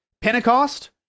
Pentecost